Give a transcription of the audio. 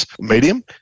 medium